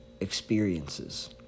experiences